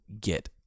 get